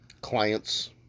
clients